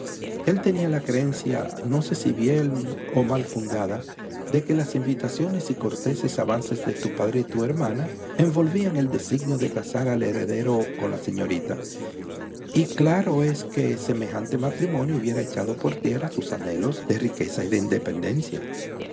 el tenía la creencia no sé si bien o mal fundada de que las invitaciones y corteses avances de tu padre y tu hermana envolvían el designio de casar al heredero con la señorita y claro es que semejante matrimonio hubiera echado por tierra sus anhelos de riqueza y de independencia